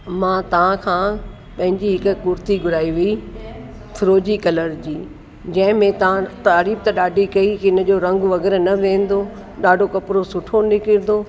मां तव्हांखां पंहिंजी हिक कुर्ती घुराई हुई फिरोजी कलर जी जंहिंमें तव्हां तारीफ़ त ॾाढी कई की हिन जो रंगु वग़ैरह न वेंदो ॾाढो कपिड़ो सुठो निकिरंदो